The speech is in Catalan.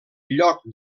lloc